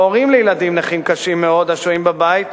או הורים לילדים נכים קשים מאוד השוהים בבית,